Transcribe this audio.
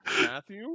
Matthew